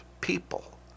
people